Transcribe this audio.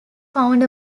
found